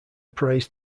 praised